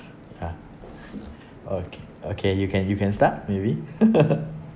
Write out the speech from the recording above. ya okay okay you can you can start maybe